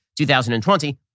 2020